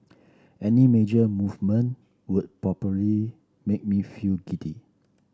any major movement would probably make me feel giddy